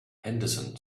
henderson